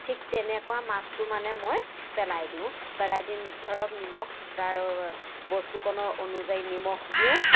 ঠিক তেনেকুৱা মাছটো মানে মই পেলাই দিওঁ পেলাই দি ধৰক নিমখ তাৰ বস্তুকণৰ অনুযায়ী নিমখ দিওঁ